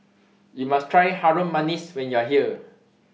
YOU must Try Harum Manis when YOU Are here